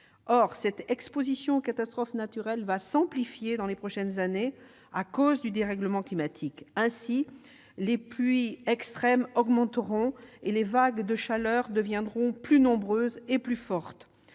Or cette exposition aux catastrophes naturelles va s'amplifier dans les prochaines années à cause du dérèglement climatique : les pluies extrêmes augmenteront et les vagues de chaleur deviendront plus nombreuses et plus fortes,